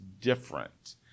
different